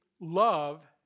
love